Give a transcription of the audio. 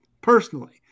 personally